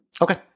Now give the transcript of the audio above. Okay